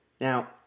Now